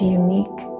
unique